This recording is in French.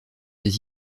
des